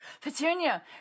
Petunia